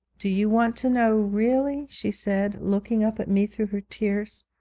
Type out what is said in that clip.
do you want to know really she said, looking up at me through her tears.